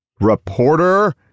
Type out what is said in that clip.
Reporter